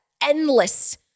endless